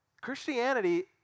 Christianity